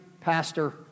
pastor